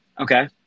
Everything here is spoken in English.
Okay